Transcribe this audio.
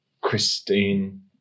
Christine